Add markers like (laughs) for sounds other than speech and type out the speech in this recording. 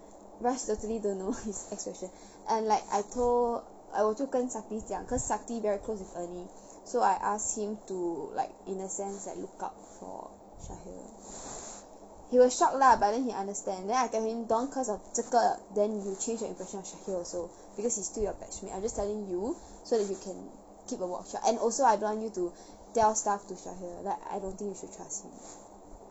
raj totally don't know (laughs) his expression and like I told err 我就跟 sakthi 讲 cause sakthi very close with ernie so I ask him to like in a sense like look out for shahil he was shocked lah but then he understand then I tell him dont't cause of 这个 then you change your impression of shahil also because he is still your batch mate I'm just telling you so that you can keep a watch ou~ and also I don't want you to tell stuff to shahil like I don't think you should trust him